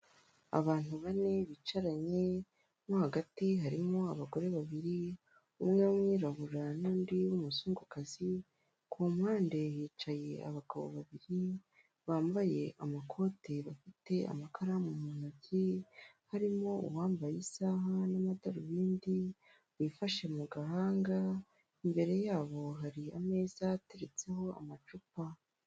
Abantu bane bicaranye moo hagati harimo abagore babiri umwe w'umwirabura n'undi w'umuzungukazi, ku mpande hicaye abagabo babiri bambaye amakoti bafite amakaramu mu ntoki, harimo uwambaye isaha n'amadarubindi wifashe mu gahanga, imbere yabo hari ameza ateretseho amacupa.